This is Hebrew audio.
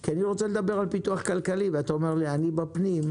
כי אני רוצה לדבר על פיתוח כלכלי ואתה אומר לי: אני בפנים,